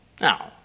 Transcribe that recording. Now